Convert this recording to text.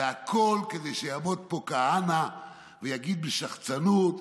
והכול כדי שיעמוד פה כהנא ויגיד בשחצנות: